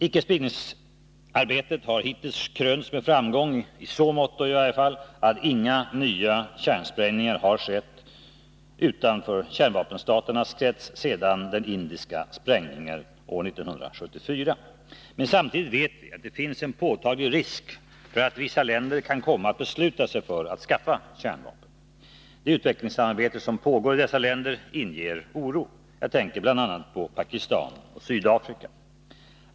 Icke-spridningsarbetet har hittills krönts med framgång — i så måtto, i varje fall, att inga nya kärnsprängningar har skett utanför kärnvapenstaternas krets sedan den indiska sprängningen företogs år 1974. Men samtidigt vet vi att det finns en påtaglig risk för att vissa länder kan komma att besluta sig för att skaffa kärnvapen. Det utvecklingsarbete som pågår i dessa länder inger oro. Jag tänker här bl.a. på Pakistan och Sydafrika.